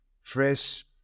fresh